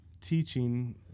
teaching